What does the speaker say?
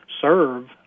serve